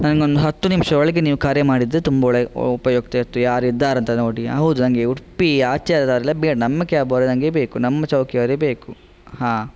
ನನಗೊಂದ್ ಹತ್ತು ನಿಮಿಷಒಳಗೆ ನೀವು ಕರೆ ಮಾಡಿದರೆ ತುಂಬ ಒಳೆ ಉಪಯುಕ್ತ ಆಗ್ತಿತ್ತು ಯಾರಿದ್ದಾರಂತ ನೋಡಿ ಹೌದು ನಂಗೆ ಉಡುಪಿ ಆಚೆದವರೆಲ್ಲ ಬೇಡ ನಮ್ಮ ಕ್ಯಾಬವರೇ ನಂಗೆ ಬೇಕು ನಮ್ಮ ಚೌಕಿಯವರೇ ಬೇಕು ಹಾಂ